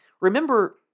Remember